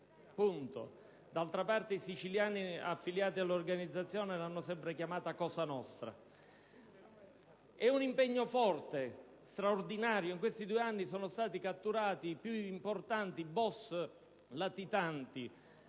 D'altra parte, i siciliani affiliati all'organizzazione l'hanno sempre chiamata Cosa Nostra. L'impegno è forte, straordinario. Negli ultimi due anni sono stati catturati i più importanti boss latitanti